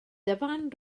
dyfan